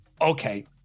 okay